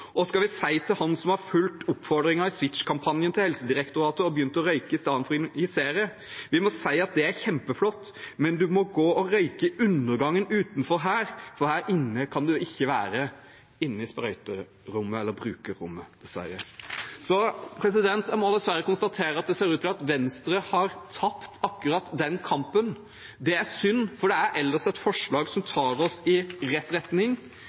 «Hva skal vi si til han som har fulgt oppfordringen i SWITCH-kampanjen til Helsedirektoratet og begynt å røyke istedenfor å injisere? Vi må si at det er kjempeflott, men du må gå og røyke i undergangen utenfor her, for her inne kan du ikke være.» «Inne» er i sprøyterommet eller brukerrommet, dessverre. Jeg må dessverre konstatere at det ser ut til at Venstre har tapt akkurat den kampen. Det er synd, for det er ellers et forslag som tar oss i rett retning.